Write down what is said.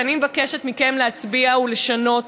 שאני מבקשת מכם להצביע עליו ולשנות,